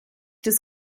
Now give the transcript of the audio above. des